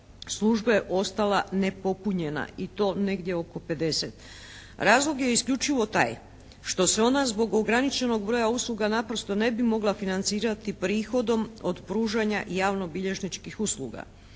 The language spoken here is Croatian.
službe ostala nepopunjena i to negdje oko pedeset. Razlog je isključivo taj što se ona zbog ograničenog broja usluga naprosto ne bi mogla financirati prihodom od pružanja javno-bilježničkih usluga,